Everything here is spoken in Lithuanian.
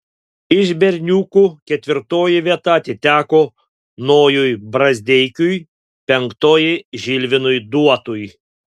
iš berniukų ketvirtoji vieta atiteko nojui brazdeikiui penktoji žilvinui duotui